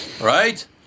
Right